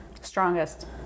Strongest